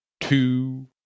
two